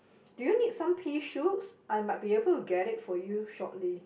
do you need some pea shoots I might be able to get it for you shortly